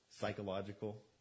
psychological